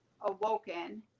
awoken